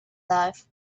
life